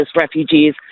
refugees